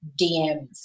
DMs